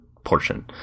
Portion